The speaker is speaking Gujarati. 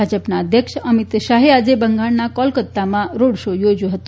ભાજપના અધ્યક્ષ અમિત શાહે આજે બંગાળના કોલકતામાં રોડ શો યોજયો હતો